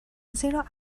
زیرا